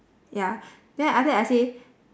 ya then after that I say